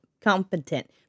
competent